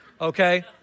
okay